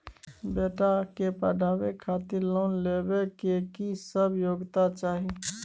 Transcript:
बेटा के पढाबै खातिर लोन लेबै के की सब योग्यता चाही?